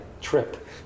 trip